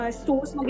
stores